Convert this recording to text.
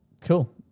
Cool